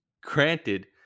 granted